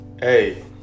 Hey